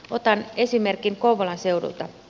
otan esimerkin kouvolan seudulta